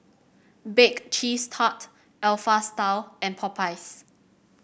Bake Cheese Tart Alpha Style and Popeyes